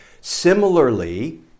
Similarly